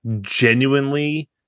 genuinely